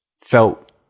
felt